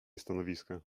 stanowiska